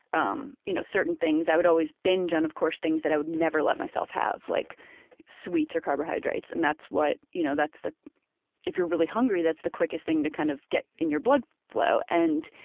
um you know, certain things i would always binge on, of course, things i would never let myself have, like sweets or carbohydrates and that's what, you know, that's the if you're really hungry, that's the quickest thing to kind of get in your blood flow, and